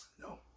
No